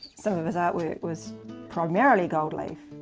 some of his artwork was primarily gold leaf,